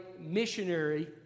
missionary